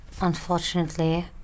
...unfortunately